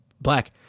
black